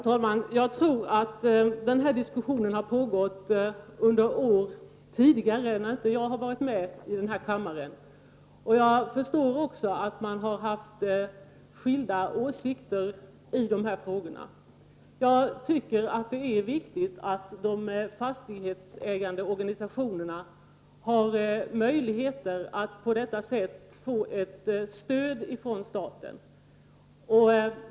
Herr talman! Jag vet att denna diskussion pågått under tidigare år. Jag förstår också att man har haft skilda åsikter i denna fråga. Jag tycker det är viktigt att fastighetsägarorganisationerna har möjlighet att på detta sätt få ett stöd från staten.